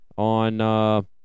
on